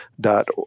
dot